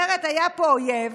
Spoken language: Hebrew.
זאת אומרת, היה פה אויב